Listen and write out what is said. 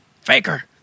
Faker